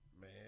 man